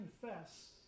confess